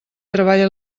treballa